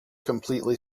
completely